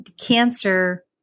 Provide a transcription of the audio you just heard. cancer